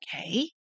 okay